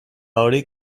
hori